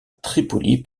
tripoli